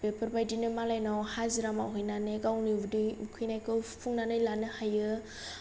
बेफोरबादिनो मालायनाव हाजिरा मावहैनानै गावनि उदै उखैनायखौ सुफुंनानै लानो हायो